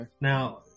Now